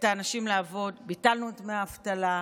את האנשים לעבוד, ביטלנו את דמי האבטלה,